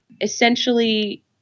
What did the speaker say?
essentially